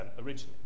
originally